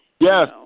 Yes